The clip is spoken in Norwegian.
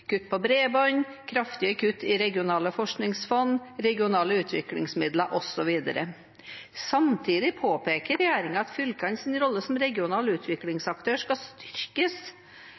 kutt i bredbånd, kraftige kutt i regionale forskningsfond og regionale utviklingsmidler osv. Samtidig påpeker regjeringen at fylkenes rolle som regional utviklingsaktør skal styrkes.